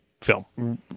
film